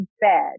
bed